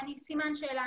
סימן שאלה,